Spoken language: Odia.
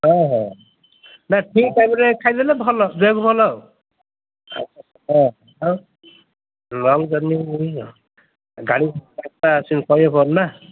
ହଁ ହଁ ନା ଠିକ୍ ଟାଇମରେ ଖାଇଦେଲେ ଭଲ ଦେହକୁ ଭଲ ଆଉ ହଁ ହ ଲଙ୍ଗ ଜର୍ନି ଗାଡ଼ି ଆ କହିବେ ପ ନା